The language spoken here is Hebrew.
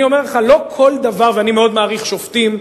אני מאוד מעריך שופטים,